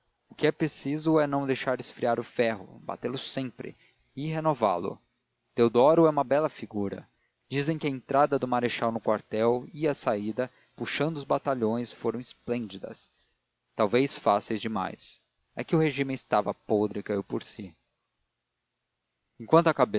o que é preciso é não deixar esfriar o ferro batê lo sempre e